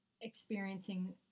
experiencing